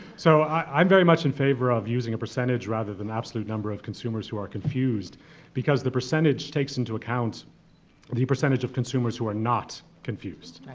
so i'm very much in favor of using a percentage rather than absolute number of consumers who are confused because the percentage takes into account the percentage of consumers who are not confused.